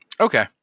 Okay